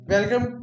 Welcome